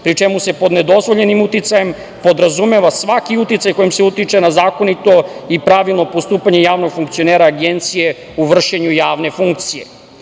pri čemu se pod nedozvoljenim uticajem podrazumeva svaki uticaj kojim se utiče na zakonito i pravilno postupanje javnog funkcionera Agencije u vršenju javne funkcije. Važno